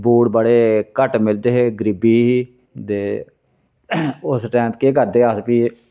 boot बड़े घट्ट मिलदे हे गरीबी ही दे उस टैम केह् करदे हे अस फ्ही